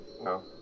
No